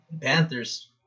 Panthers